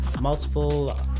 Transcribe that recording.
multiple